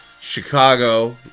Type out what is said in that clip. Chicago